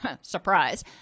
Surprise